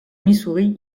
missouri